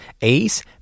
Ace